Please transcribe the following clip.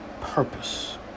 purpose